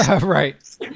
Right